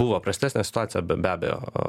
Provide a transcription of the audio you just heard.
buvo prastesnė situacija be abejo